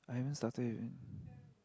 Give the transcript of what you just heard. I haven't started even